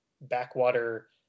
backwater